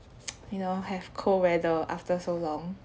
you know have cold weather after so long